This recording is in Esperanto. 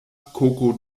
koko